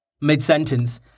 Mid-sentence